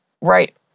right